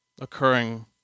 occurring